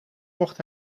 mocht